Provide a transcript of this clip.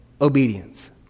obedience